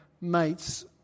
mates